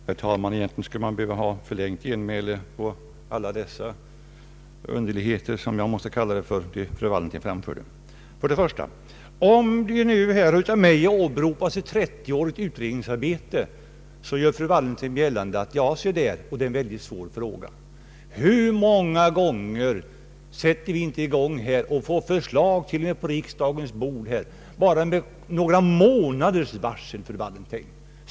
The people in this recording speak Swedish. Herr talman! Egentligen skulle jag behöva förlängt genmäle för att bemöta alla underligheter — jag måste kalla dem för det — som fru Wallentheim framförde. Om nu av mig åberopas ett 30-årigt utredningsarbete, säger fru Wallentheim: Se där, det är en mycket svår fråga. Hur många gånger sätter vi inte i gång utredningar och får förslag på riksdagens bord bara med några månaders varsel?